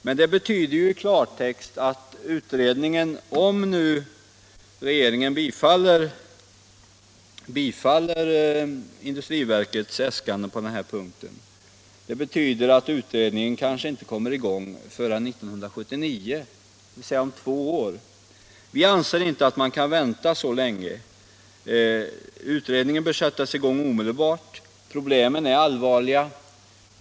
Men det betyder i klartext att utredningen — om nu regeringen bifaller industriverkets äskande — kanske inte kommer i gång förrän 1979, dvs. om två år. Vi anser att man inte kan vänta så länge. Utredningen bör sättas i gång omedelbart, problemen är allvarliga.